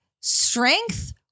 strength